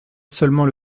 seulement